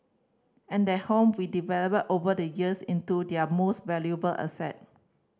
and that home we developed over the years into their most valuable asset